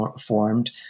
formed